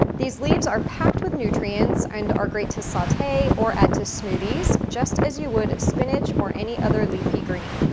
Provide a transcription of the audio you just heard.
these leaves are packed with nutrients and are great to saute or add to smoothies just as you would spinach or any other leafy green.